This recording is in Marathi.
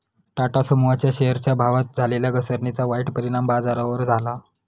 टाटा समूहाच्या शेअरच्या भावात झालेल्या घसरणीचा वाईट परिणाम बाजारावर झाला